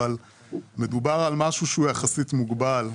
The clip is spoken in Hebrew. אבל מדובר על משהו מוגבל יחסית,